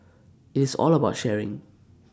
it's all about sharing